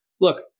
look